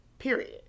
period